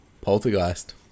Poltergeist